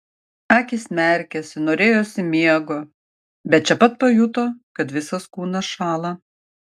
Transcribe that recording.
akys merkėsi norėjosi miego bet čia pat pajuto kad visas kūnas šąla